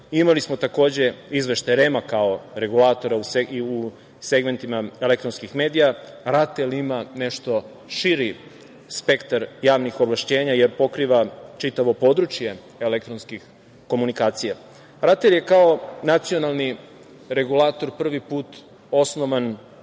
smo izveštaj REM-a kao regulatora u segmentima elektronskih medija. RATEL ima nešto širi spektar javnih ovlašćenja jer pokriva čitavo područje elektronskih komunikacija. RATEL je kao nacionalni regulator prvi put osnovan